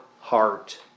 heart